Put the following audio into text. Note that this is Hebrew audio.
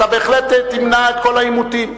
אתה בהחלט תמנע את כל העימותים.